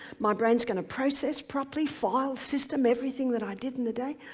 my brain is gonna process properly, file system everything that i did in the day.